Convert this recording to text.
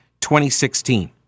2016